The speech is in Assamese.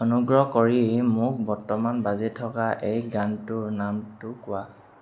অনুগ্ৰহ কৰি মোক বৰ্তমান বাজি থকা এই গানটোৰ নামটো কোৱা